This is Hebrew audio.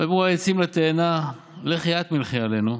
ויאמרו העצים לתאנה לכי את מלכי עלינו.